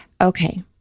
Okay